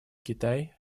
китай